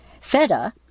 feta